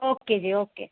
okay ji okay